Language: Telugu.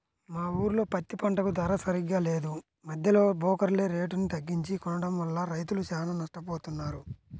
మా ఊర్లో పత్తి పంటకి ధర సరిగ్గా లేదు, మద్దెలో బోకర్లే రేటుని తగ్గించి కొనడం వల్ల రైతులు చానా నట్టపోతన్నారు